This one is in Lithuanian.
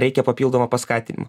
reikia papildomo paskatinimo